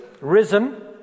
risen